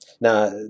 Now